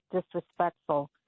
disrespectful